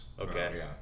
Okay